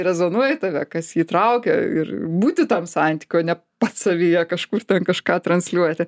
rezonuoja į tave kas jį traukia ir būti tam santyky o ne pats savyje kažkur ten kažką transliuoti